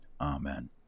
Amen